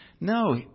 no